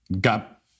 got